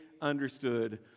understood